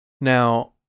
Now